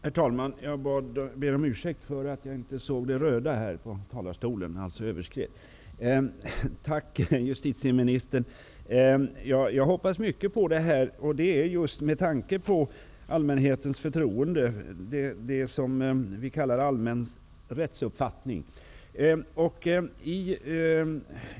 Herr talman! Jag ber om ursäkt för att jag inte såg den röda lampan i talarstolen och överskred taletiden. Tack, justitieministern! Jag hoppas mycket på det här, just med tanke på allmänhetens förtroende, det som vi kallar allmän rättsuppfattning.